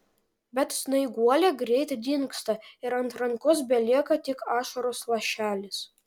bet snaiguolė greit dingsta ir ant rankos belieka tik ašaros lašelis